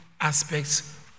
aspects